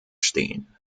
stehen